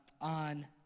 on